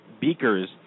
beakers